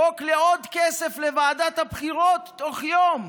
חוק לעוד כסף לוועדת הבחירות, תוך יום.